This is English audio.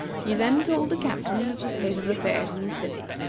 he then told the captain of the state of affairs in the city,